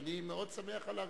ואני מאוד שמח על הרגישות.